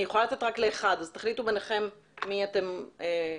אני יכולה לתת רק לאחד אז תחליטו בניכם מי אתם רוצים.